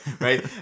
right